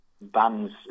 band's